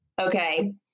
okay